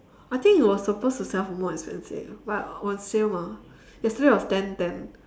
I think it was supposed to sell for more expensive but on sale mah yesterday was ten ten